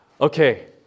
Okay